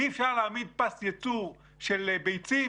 אי-אפשר להעמיד פס ייצור של ביצים,